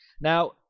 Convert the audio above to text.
Now